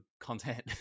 content